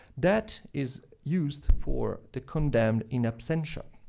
that is used for the condemned in absentia.